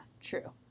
True